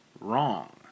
wrong